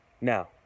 Now